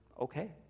okay